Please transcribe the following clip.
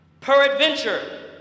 Peradventure